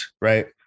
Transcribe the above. right